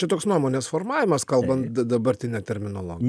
čia toks nuomonės formavimas kalbant dabartine terminolo